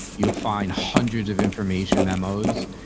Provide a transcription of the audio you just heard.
you'll find hundreds of information memos.